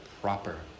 proper